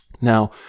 now